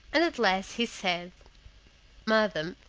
and at last he said madam,